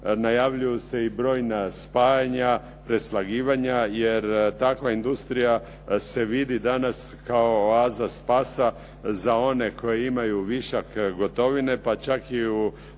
najavljuju se i brojna spajanja, preslagivanja jer takva industrija se vidi danas kao oaza spasa za one koji imaju višak gotovine. Pa čak i u JP